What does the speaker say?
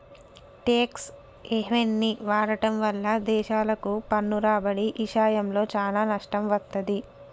tax హెవెన్ని వాడటం వల్ల దేశాలకు పన్ను రాబడి ఇషయంలో చానా నష్టం వత్తది